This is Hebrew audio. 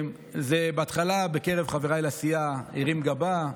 בהתחלה בקרב חבריי לסיעה זה הרים גבה,